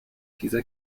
dieser